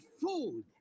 food